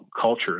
culture